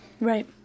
Right